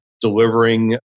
delivering